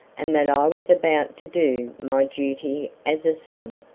and that i was about to do my duty as a son.